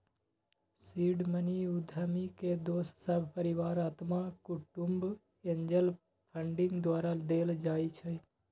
seed money उद्यमी के दोस सभ, परिवार, अत्मा कुटूम्ब, एंजल फंडिंग द्वारा देल जाइ छइ